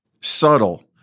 subtle